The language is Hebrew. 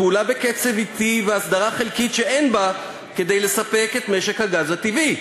פעולה בקצב אטי והסדרה חלקית שאין בה כדי לספק את משק הגז הטבעי.